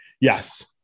Yes